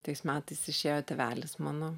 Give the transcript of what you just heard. tais metais išėjo tėvelis mano